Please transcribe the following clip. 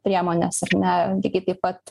priemones ar ne lygiai taip pat